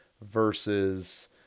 versus